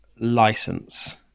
license